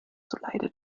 zuleide